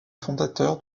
fondateurs